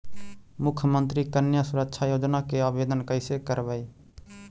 मुख्यमंत्री कन्या सुरक्षा योजना के आवेदन कैसे करबइ?